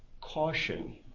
Caution